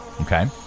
okay